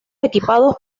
equipados